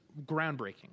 groundbreaking